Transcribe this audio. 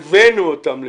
הבאנו אותן לשם.